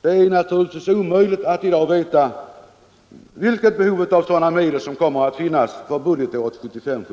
Det är naturligtvis omöjligt att i dag veta vilket behov av sådana medel som kommer att finnas för budgetåret 1975/76.